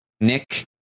Nick